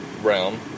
realm